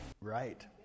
Right